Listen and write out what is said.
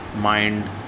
mind